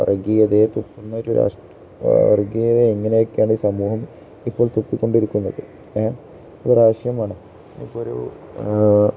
വര്ഗീയതയെ തുപ്പുന്ന ഒരു വര്ഗീയതയെ എങ്ങനെയൊക്കെയാണ് ഈ സമൂഹം ഇപ്പോൾ തുപ്പിക്കൊണ്ടിരിക്കുന്നത് ഏ ഇതൊരു ആശയമാണ് ഇപ്പോളൊരു